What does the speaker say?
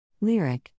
Lyric